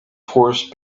horse